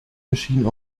machine